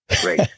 great